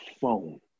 phone